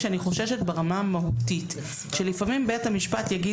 אני חוששת ברמה המהותית שלפעמים בית המשפט יגיד,